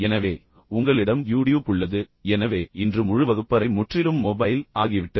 எனவே உங்களிடம் யூடியூப் உள்ளது எனவே இன்று முழு வகுப்பறை முற்றிலும் மொபைல் ஆகிவிட்டது